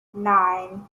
nine